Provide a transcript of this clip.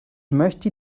möchte